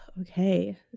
okay